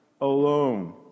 alone